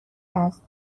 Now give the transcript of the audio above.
است